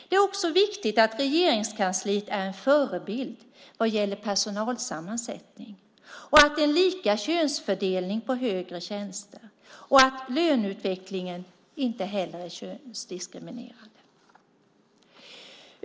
Det är viktigt att Regeringskansliet är en förebild vad gäller personalsammansättning, att det är lika könsfördelning på högre tjänster och att löneutvecklingen inte heller är könsdiskriminerande.